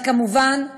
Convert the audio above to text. אבל, כמובן,